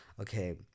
okay